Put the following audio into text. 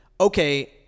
okay